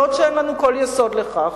בעוד שאין לנו כל יסוד לכך.